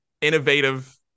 innovative